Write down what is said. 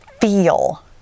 feel